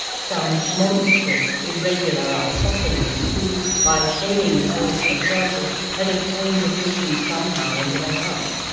some monstrous irregular isosceles, who, by feigning the voice of a circle, had obtained admission somehow into the house,